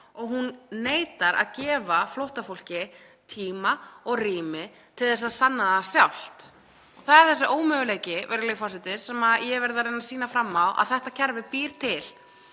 og hún neitar að gefa flóttafólki tíma og rými til að sanna það sjálft. Það er þessi ómöguleiki, virðulegur forseti, sem ég hef verið að reyna að sýna fram á að þetta kerfi búi til.